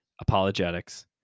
apologetics